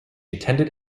attended